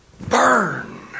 burn